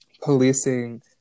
policing